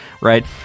right